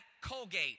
Colgate